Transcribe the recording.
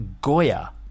Goya